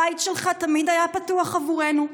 הבית שלך תמיד היה פתוח עבורנו.